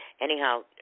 Anyhow